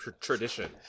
tradition